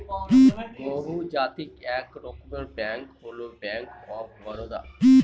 বহুজাতিক এক রকমের ব্যাঙ্ক হল ব্যাঙ্ক অফ বারদা